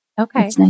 Okay